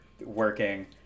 working